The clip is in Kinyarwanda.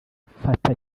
fata